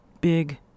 big